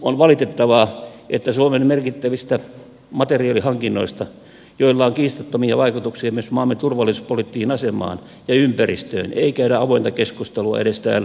on valitettavaa että suomen merkittävistä materiaalihankinnoista joilla on kiistattomia vaikutuksia myös maamme turvallisuuspoliittiseen asemaan ja ympäristöön ei käydä avointa keskustelua edes täällä eduskunnassa